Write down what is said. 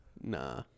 Nah